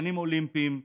שחיינים אולימפיים,